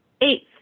Eighth